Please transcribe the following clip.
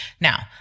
Now